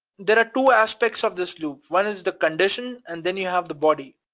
there are two aspects of this loop. one is the condition, and then you have the body.